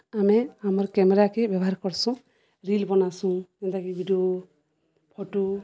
ଆମେ ଆମର୍ କ୍ୟାମେରାକେ ବ୍ୟବହାର୍ କର୍ସୁଁ ରିଲ୍ ବନାସୁଁ ଯେନ୍ତାକି ଭିଡ଼ିଓ ଫଟୋ